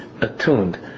attuned